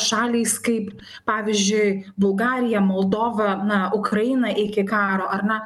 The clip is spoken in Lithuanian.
šalys kaip pavyzdžiui bulgarija moldova na ukraina iki karo ar ne